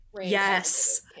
Yes